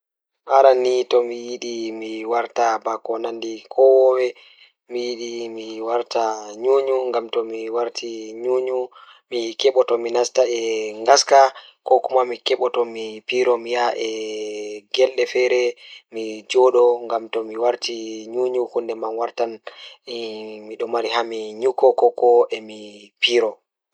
Aran ni komi yidi mi warta ko nanndi be kowoye So mi ɗon waɗde dow noone, mi ɗon welti ɗum mi waɗi ngam mi waɗa boomaande daande e nguurndam. Mi waɗi towɓe ɗum ngam mi heɓe ngam ɗe ɓelɗe suɓhi e weltaare.